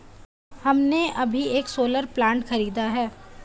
हमने अभी एक सोलर प्लांट खरीदा है